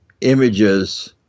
images